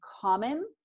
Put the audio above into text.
common